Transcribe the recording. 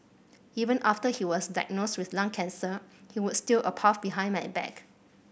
even after he was diagnosed with lung cancer he would steal a puff behind my back